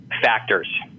factors